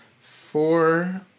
four